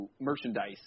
merchandise